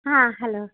ಹಾಂ ಹಲೋ